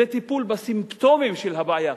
זה טיפול בסימפטומים של הבעיה,